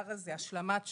הכותרת השלמת שעות,